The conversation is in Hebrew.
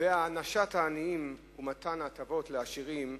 והענשת העניים ומתן הטבות לעשירים,